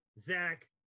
zach